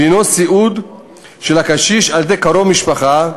והוא סיעוד של הקשיש על-ידי קרוב משפחה: